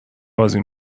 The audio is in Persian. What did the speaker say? بازی